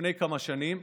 לפני כמה שנים.